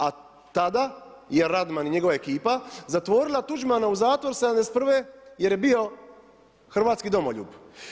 A tada je Radman i njegova ekipa zatvorila Tuđmana u zatvor '71. jer je bio hrvatski domoljub.